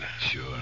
Sure